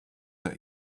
that